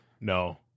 no